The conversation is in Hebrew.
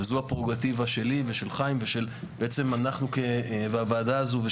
וזו הפררוגטיבה שלי ושל חיים ושל הוועדה הזו,